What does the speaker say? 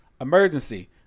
emergency